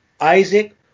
Isaac